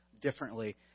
differently